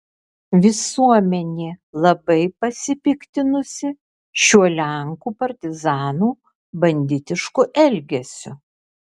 visuomenė labai pasipiktinusi šiuo lenkų partizanų banditišku elgesiu